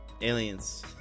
Aliens